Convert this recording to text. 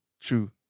True